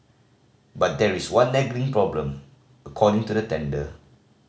but there is one nagging problem according to the tender